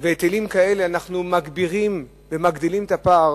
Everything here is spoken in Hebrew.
והיטלים כאלה, אנחנו מגבירים ומגדילים את הפער,